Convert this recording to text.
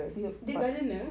dia gardener